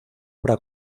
obra